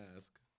ask